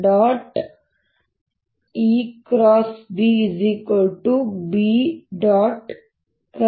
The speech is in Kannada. E E